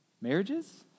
marriages